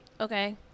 Okay